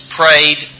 prayed